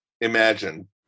imagine